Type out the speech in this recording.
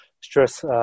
stress